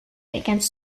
against